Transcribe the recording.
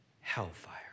hellfire